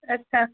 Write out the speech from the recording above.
અચ્છા